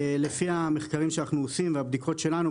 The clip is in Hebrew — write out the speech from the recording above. לפי המחקרים שאנחנו עורכים והבדיקות שלנו,